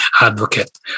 advocate